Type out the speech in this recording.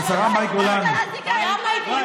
שקרנית, מי את,